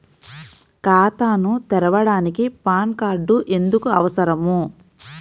ఖాతాను తెరవడానికి PAN card ఎందుకు అవసరము?